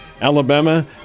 Alabama